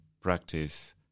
practice